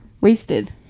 wasted